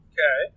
Okay